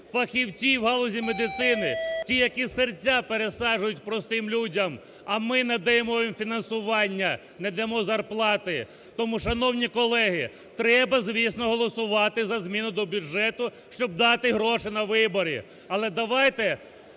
фахівці в галузі медицини! Ті, які серця пересаджують простим людям! А ми не даємо їм фінансування, не даємо зарплати! Тому, шановні колеги, треба, звісно, голосувати за зміну до бюджету, щоб дати гроші на вибори. Але давайте